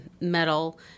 metal